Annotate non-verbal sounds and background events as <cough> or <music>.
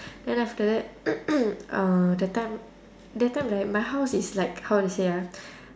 then after that <coughs> uh that time that time like my house is like how to say ah